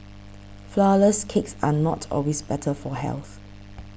Flourless Cakes are not always better for health